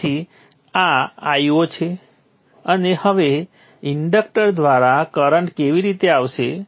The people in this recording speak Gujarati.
તેથી આ Io છે અને હવે ઇન્ડક્ટર દ્વારા કરંટ કેવી રીતે આવશે